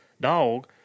dog